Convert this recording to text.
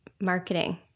marketing